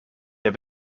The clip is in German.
der